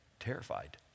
terrified